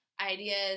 ideas